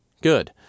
Good